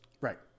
Right